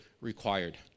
required